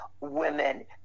women